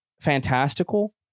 fantastical